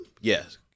Yes